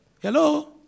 Hello